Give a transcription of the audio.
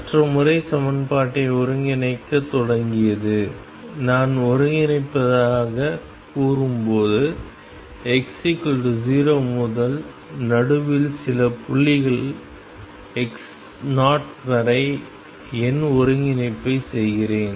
மற்ற முறை சமன்பாட்டை ஒருங்கிணைக்கத் தொடங்கியது நான் ஒருங்கிணைப்பதாகக் கூறும்போது x0 முதல் நடுவில் சில புள்ளி x0 வரை எண் ஒருங்கிணைப்பைச் செய்கிறேன்